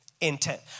intent